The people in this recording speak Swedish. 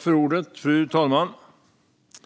Fru talman! Vi